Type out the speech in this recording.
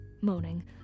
moaning